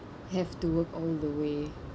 have to work all the way